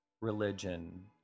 religion